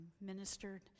ministered